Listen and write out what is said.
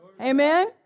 Amen